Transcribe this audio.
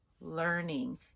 learning